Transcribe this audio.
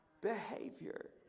behavior